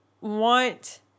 want